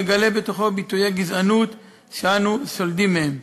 המגלם בתוכו ביטויי גזענות שאנו סולדים מהם.